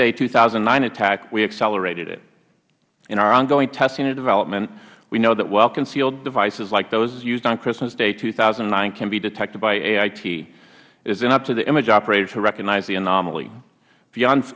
day two thousand and nine attack we accelerated it in our ongoing testing and development we know that well concealed devices like those used on christmas day two thousand and nine can be detected by ait it is then up to the image operator to recognize the anomaly beyond